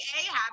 Ahab